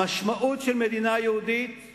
המשמעות של מדינה יהודית היא